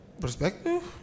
Perspective